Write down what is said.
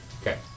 Okay